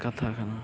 ᱠᱟᱛᱷᱟ ᱠᱟᱱᱟ